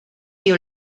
you